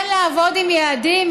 כן לעבוד עם יעדים,